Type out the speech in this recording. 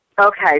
Okay